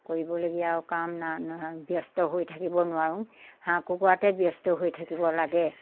কৰিবলগীয়া আৰু কাম নই নহয় ব্যস্ত হৈ থাকিব নোৱাৰোঁ হাঁহ কুকুৰাতে ব্যস্ত হৈ থাকিব লাগে